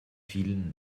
vielen